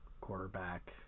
quarterback